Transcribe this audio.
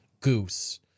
Goose